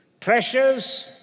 Treasures